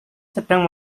sedang